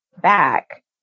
back